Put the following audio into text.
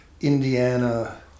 Indiana